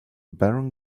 barren